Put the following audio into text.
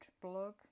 blog